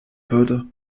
würde